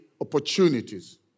opportunities